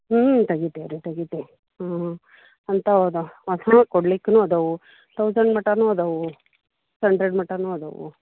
ಹ್ಞೂ ತೆಗಿತೀವಿ ರೀ ತೆಗಿತೀವಿ ಹ್ಞೂ ಹ್ಞೂ ಅಂತವು ಅದಾವೆ ಕೊಡ್ಲಿಕ್ಕೂನು ಅದಾವೆ ತೌಸಂಡ್ ಮಟನು ಅದಾವೆ ಹಂಡ್ರೆಡ್ ಮಟನು ಅದಾವೆ